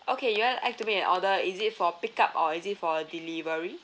okay you want like to make an order is it for pick up or is it for delivery